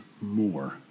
more